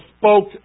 spoke